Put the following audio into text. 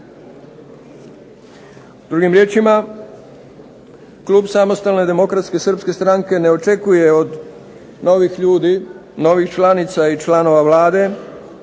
Drugim riječima, klub Samostalne demokratske srpske stranke ne očekuje od novih ljudi, novih članica i članova Vlade